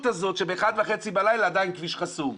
הזאת שב-01:30 בלילה עדיין הכביש חסום.